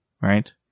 right